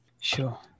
Sure